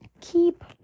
Keep